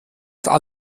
doch